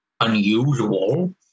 unusual